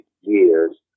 years